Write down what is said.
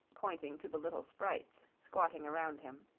pointing to the little sprites squatting around him.